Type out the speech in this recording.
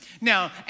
Now